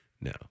No